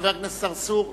חבר הכנסת צרצור,